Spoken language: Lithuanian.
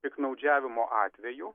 piktnaudžiavimo atvejų